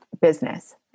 business